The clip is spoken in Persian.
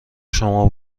شما